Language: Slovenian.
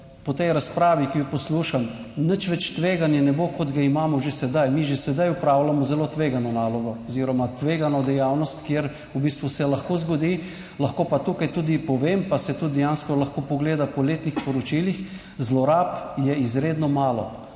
po tej razpravi, ki jo poslušam, nič več tveganja ne bo, kot ga imamo že sedaj. Mi že sedaj opravljamo zelo tvegano nalogo oziroma tvegano dejavnost, kjer v bistvu se lahko zgodi, lahko pa tukaj tudi povem, pa se tudi dejansko lahko pogleda po letnih poročilih, zlorab je izredno malo